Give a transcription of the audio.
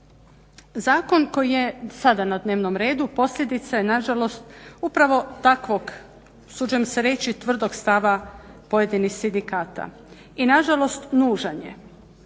Zakon koji je sada na dnevnom redu posljedica je nažalost upravo takvog usuđujem se reći tvrdog stava pojedinih sindikata i nažalost nužan je.